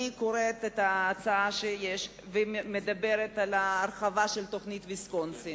אני קוראת את ההצעה והיא מדברת על הרחבת תוכנית ויסקונסין.